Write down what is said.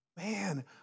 Man